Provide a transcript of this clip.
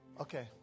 Okay